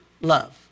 love